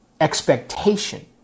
expectation